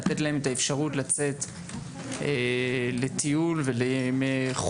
לתת להם את האפשרות לצאת לטיול ולמחוץ,